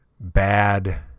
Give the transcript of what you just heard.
bad